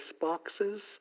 boxes